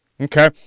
Okay